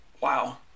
wow